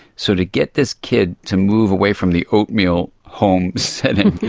so to get this kid to move away from the oatmeal home setting,